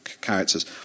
characters